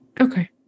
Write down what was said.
Okay